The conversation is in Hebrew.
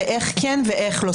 ואיך כן ואיך לא.